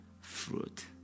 fruit